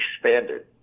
expanded